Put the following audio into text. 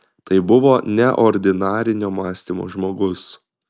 tai buvo neordinarinio mąstymo žmogus